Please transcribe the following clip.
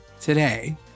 today